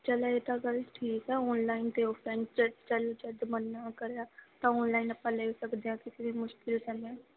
ਚੱਲ ਇਹ ਤਾਂ ਗੱਲ ਠੀਕ ਆ ਆਨਲਾਈਨ ਅਤੇ ਆਫਲਾਈਨ 'ਚ ਚੱਲ ਜਦ ਮਨ ਨਾ ਕਰਿਆ ਤਾਂ ਆਨਲਾਈਨ ਆਪਾਂ ਲੈ ਸਕਦੇ ਹਾਂ ਕਿਸੇ ਵੀ ਮੁਸ਼ਕਲ ਸਮੇਂ